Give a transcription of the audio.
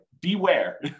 beware